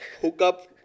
hookup